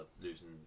losing